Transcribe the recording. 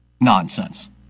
nonsense